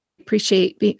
appreciate